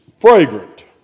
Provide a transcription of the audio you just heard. fragrant